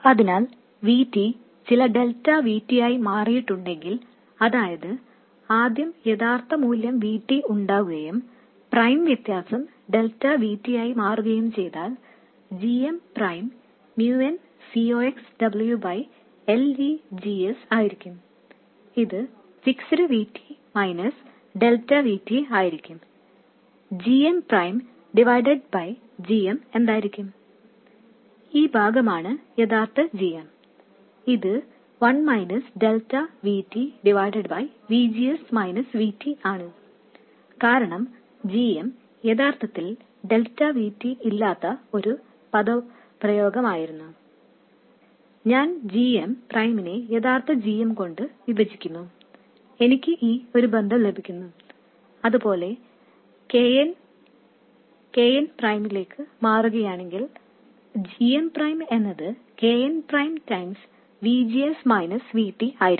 അതിനാൽ V T ചില delta V T യായി മാറിയിട്ടുണ്ടെങ്കിൽ അതായത് ആദ്യം യഥാർത്ഥ മൂല്യം V T ഉണ്ടായിരുന്നു പിന്നീട് V T പ്രൈം ആയി മാറുകയും ചെയ്താൽ വ്യത്യാസം ഡെൽറ്റ V Tയും gm prime mu n Cox W L V G S ആകും ഇത് fixed VT minus delta VT ആയിരിക്കും gm prime divided by gm എന്തായിരിക്കും ഈ ഭാഗമാണ് യഥാർത്ഥ gm ഇത് one delta V T V G S V T ആണ് കാരണം gm യഥാർത്ഥത്തിൽ ഡെൽറ്റ VT ഇല്ലാത്ത ഒരു എക്സ്പ്രെഷനായിരുന്നു ഞാൻ gm പ്രൈമിനെ യഥാർത്ഥ gm കൊണ്ട് വിഭജിക്കുന്നു എനിക്ക് ഈ ഒരു ബന്ധം ലഭിക്കുന്നു അതുപോലെ തന്നെ K n എന്നത് K n പ്രൈമിലേക്ക് മാറുകയാണെങ്കിൽ gm പ്രൈം എന്നത് K n prime times VGS minus VT ആയിരിക്കും